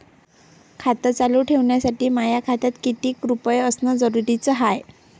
खातं चालू ठेवासाठी माया खात्यात कितीक रुपये असनं जरुरीच हाय?